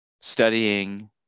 studying